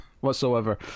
whatsoever